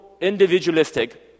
individualistic